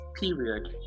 period